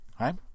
right